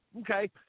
Okay